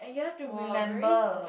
!wow! very